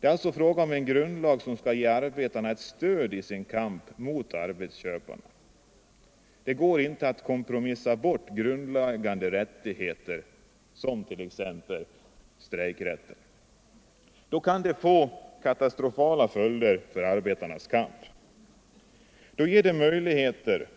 Det är alltså fråga om en grundlag som skall ge arbetarna stöd i deras kamp mot arbetsköparna. Det går inte att kompromissa bort grundläggande rättigheter som t.ex. strejkrätten. Sådant kan få katastrofala följder för arbetarnas kamp. Det kan då bli på det sätt